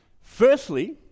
Firstly